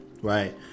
right